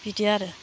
बिदि आरो